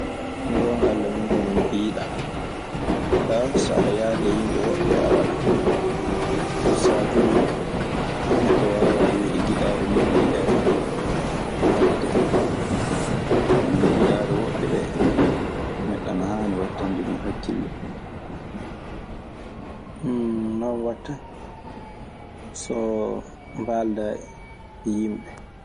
So ngoonga Alla, min kaa mi yiɗa. Kaa so ɗe yahda e yimɓe woɓɓe a waɗan. Saatuuje neɗɗo waawaa wiide giɗaade muuɗun nee tan waɗetee. Nden non giɗaaɗe woɓɓe ɗee neɗɗo ana haani waɗtande ɗun hakkille. Non watta so mbaaldaa e yimɓe.